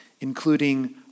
including